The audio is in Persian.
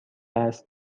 است